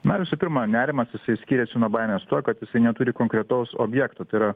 na visų pirma nerimas jisai skiriasi nuo baimės tuo kad jisai neturi konkretaus objekto tai yra